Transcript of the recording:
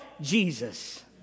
Jesus